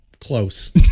Close